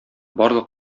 барлык